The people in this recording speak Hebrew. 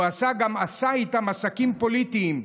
הוא עשה גם עשה איתם עסקים פוליטיים,